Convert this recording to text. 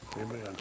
Amen